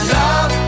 love